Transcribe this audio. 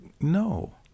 no